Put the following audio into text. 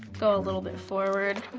go a little bit forward.